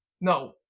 no